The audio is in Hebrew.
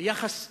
ביחס אחר,